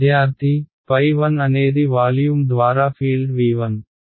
విద్యార్థి 1 అనేది వాల్యూమ్ ద్వారా ఫీల్డ్ V1